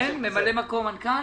ממלא מקום מנכ"ל.